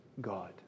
God